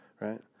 Right